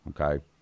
Okay